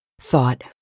thought